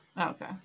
Okay